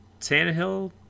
Tannehill